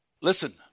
Listen